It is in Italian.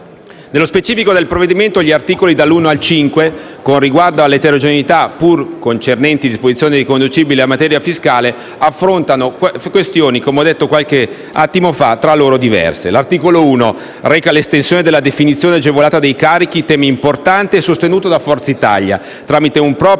Nello specifico del provvedimento gli articoli dall'uno al cinque, con riguardo all'eterogeneità, pur concernenti disposizioni riconducibili alla materia fiscale, affrontano questioni - come ho detto qualche attimo fa - tra loro diverse. L'articolo 1 reca l'estensione della definizione agevolata dei carichi, tema importante e sostenuto da Forza Italia tramite un proprio